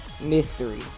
mystery